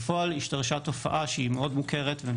השתרשה תופעה שהיא מאוד מוכרת ואני